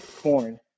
corn